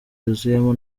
yuzuyemo